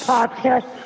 Podcast